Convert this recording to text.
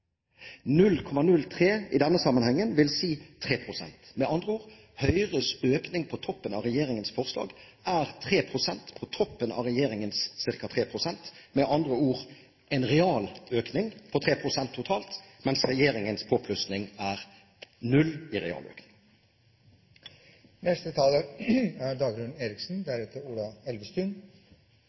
i denne sammenhengen vil si 3 pst. Med andre ord: Høyres økning på toppen av regjeringens forslag er 3 pst. Med andre ord: En realøkning på 3 pst. totalt, mens regjeringens påplussing er null i realøkning. Jeg er